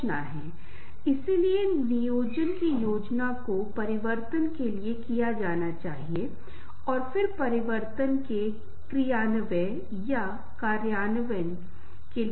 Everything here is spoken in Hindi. आप किसी ऐसे व्यक्ति को देखते हैं जो गतिशील और मिलनसार है इसका मतलब है जो गतिशील है जो मदद कर सकता है जो हमारी समस्याओं को समझ सकता है और जो मिलनसार भी है रिश्ते अन्य व्यक्तियों दूसरों के व्यवहार को समझ सकता है और हमारी जरूरत में मदद कर सकता है